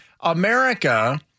America